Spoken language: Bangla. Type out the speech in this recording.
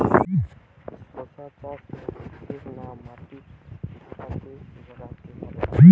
শশা চাষ মাটিতে না মাটির ভুরাতুলে ভেরাতে ভালো হয়?